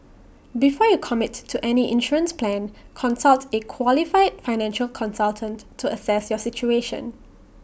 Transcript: before you commit to any insurance plan consult A qualified financial consultant to assess your situation